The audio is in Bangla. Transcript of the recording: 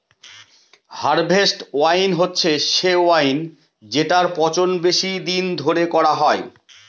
হারভেস্ট ওয়াইন হচ্ছে সে ওয়াইন যেটার পচন বেশি দিন ধরে করা হয়